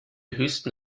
höchsten